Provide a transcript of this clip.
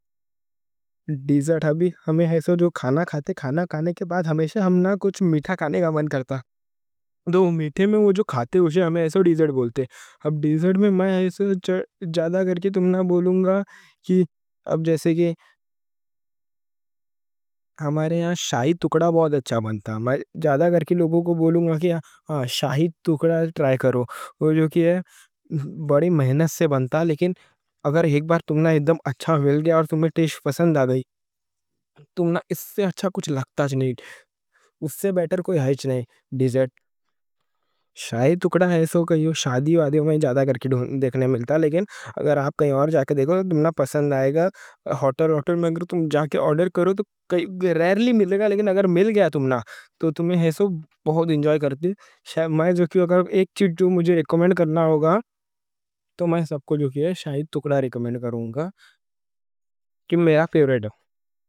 ڈیزرٹ ہمنا ایسا، جو کھانا کھانے کے بعد ہمنا ہمیشہ کچھ میٹھا کھانے کا من کرتا۔ میٹھے میں وہ جو کھاتے اوسے ہمنا ڈیزرٹ بولتے۔ اب ڈیزرٹ میں میں ایسا زیادہ کر کے تم نا بولوں گا کہ جیسے ہمارے ہاں شاہی ٹکڑا بہت اچھا بنتا۔ میں زیادہ کر کے لوگوں کو بولوں گا کہ شاہی ٹکڑا ٹرائے کرو، وہ جو کہ ہے بڑی محنت سے بنتا۔ لیکن اگر ایک بار تمہیں اچھا مل گیا اور تمہیں ٹیسٹ پسند آ گئی، تمہیں اس سے اچھا کچھ لگتا نہیں، اس سے بہتر کوئی ہچ نہیں۔ ڈیزرٹ شاہی ٹکڑا ہے سو شادی وادیوں میں زیادہ کر کے دیکھنے ملتا۔ لیکن اگر آپ کہیں اور جا کے دیکھو، تمہیں پسند آئے گا، ہاتھو ہاتھ جا کے آرڈر کرو، ریئرلی ملے گا۔ لیکن اگر مل گیا تم نا تو تم ہے سو بہت انجوائے کرتے۔ اگر ایک چیز تو مجھے ریکومنڈ کرنا ہوگا تو میں سب کو، جو کہ ہے، شاہی ٹکڑا ریکومنڈ کروں گا کیوں میرا فیورٹ ہے۔